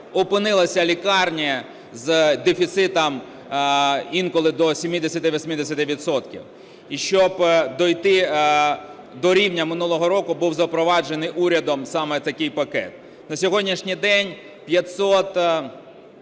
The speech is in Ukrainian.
опинилися лікарні з дефіцитом інколи до 70-80 відсотків, і щоб дійти до рівня минулого року, був запроваджений урядом саме такий пакет. На сьогоднішній день 504